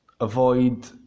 Avoid